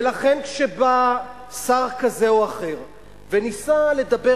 ולכן כשבא שר כזה או אחר וניסה לדבר